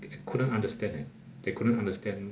they couldn't understand eh they couldn't understand